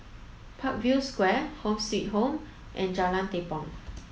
Parkview Square Home Suite Home and Jalan Tepong